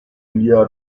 india